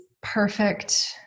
perfect